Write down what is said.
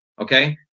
Okay